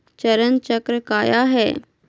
चरण चक्र काया है?